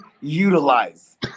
utilize